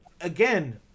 again